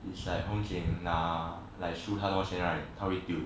it's like 红景拿输太多钱他会丢